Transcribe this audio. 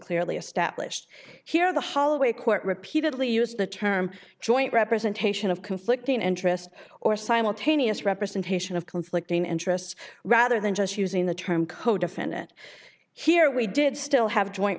clearly established here the holloway court repeatedly used the term joint representation of conflicting interests or simultaneous representation of conflicting interests rather than just using the term codefendant here we did still have joint